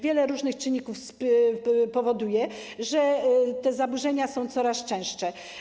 Wiele różnych czynników powoduje, że te zaburzenia są coraz częstsze.